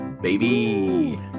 baby